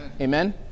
Amen